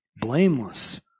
blameless